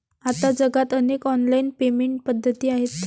आता जगात अनेक ऑनलाइन पेमेंट पद्धती आहेत